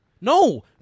No